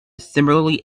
similarly